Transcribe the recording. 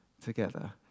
together